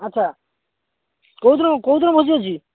ଆଚ୍ଛା କୋଉ ଦିନକୁ କୋଉ ଦିନକୁ ଭୋଜି ଅଛି